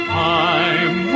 time